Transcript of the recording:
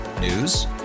News